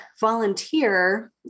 volunteer